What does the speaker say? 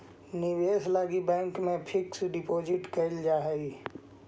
निवेश लगी बैंक में फिक्स डिपाजिट कैल जा हई